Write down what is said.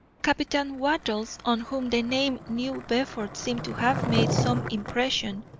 captain wattles, on whom the name new bedford seemed to have made some impression,